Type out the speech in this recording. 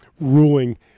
ruling